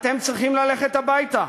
אתם צריכים ללכת הביתה.